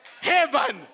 heaven